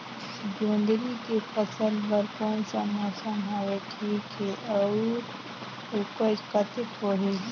जोंदरी के फसल बर कोन सा मौसम हवे ठीक हे अउर ऊपज कतेक होही?